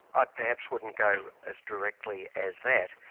i perhaps wouldn't go as directly as that,